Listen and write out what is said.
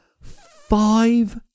five